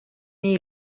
nii